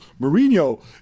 Mourinho